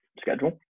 schedule